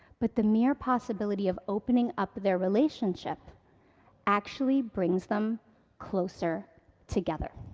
but the mere possibility of opening up their relationship actually brings them closer together.